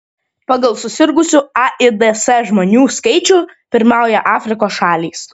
pagal susirgusių aids žmonių skaičių pirmauja afrikos šalys